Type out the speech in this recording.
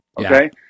okay